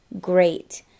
great